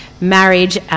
marriage